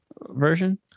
version